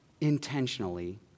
intentionally